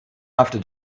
after